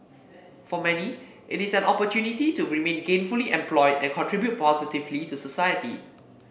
for many it is an opportunity to remain gainfully employed and contribute positively to society